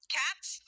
cats